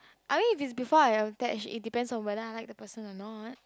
I mean if is before I attached it depends on whether I like the person a not